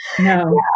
No